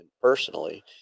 personally